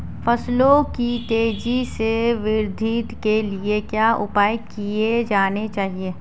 फसलों की तेज़ी से वृद्धि के लिए क्या उपाय किए जाने चाहिए?